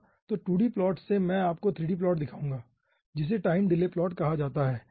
तो 2d plot से मैं आपको 3d प्लॉट दिखाऊंगा जिसे टाइम डिले प्लॉट कहा जाता है